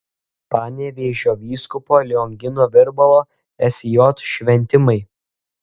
panevėžio vyskupo liongino virbalo sj šventimai